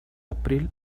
april